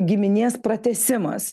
giminės pratęsimas